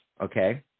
okay